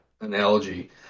analogy